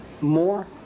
more